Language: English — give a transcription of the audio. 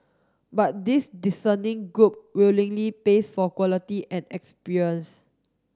but this discerning group willingly pays for quality and experience